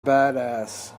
badass